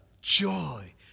joy